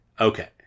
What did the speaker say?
Okay